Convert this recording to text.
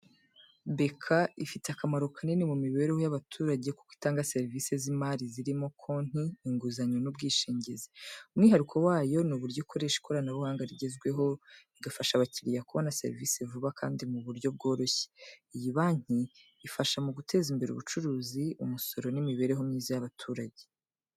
BK ifite akamaro kanini mu mibereho y’abaturage kuko itanga serivisi z'imari zirimo konti, inguzanyo n’ubwishingizi. Umwihariko wayo ni uburyo ikoresha ikoranabuhanga rigezweho, rigafasha abakiriya kubona serivisi vuba kandi mu buryo bworoshye. Iyi banki ifasha mu guteza imbere ubucuruzi, umusoro n’imibereho myiza y’abaturage.